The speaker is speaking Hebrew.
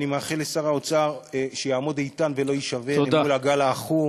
אני מאחל לשר האוצר שיעמוד איתן ולא יישבר אל מול הגל העכור